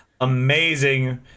amazing